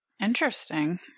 Interesting